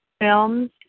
Films